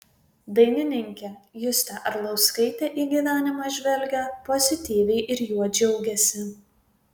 dainininkė justė arlauskaitė į gyvenimą žvelgia pozityviai ir juo džiaugiasi